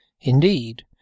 Indeed